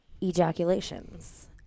ejaculations